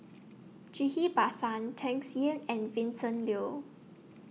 Ghillie BaSan Tsung Yeh and Vincent Leow